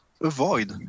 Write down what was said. avoid